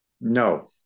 No